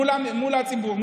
מול הציבור,